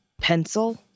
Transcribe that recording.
pencil